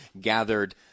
gathered